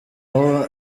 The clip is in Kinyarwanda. aho